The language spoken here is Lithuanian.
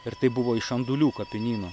ir tai buvo iš andulių kapinyno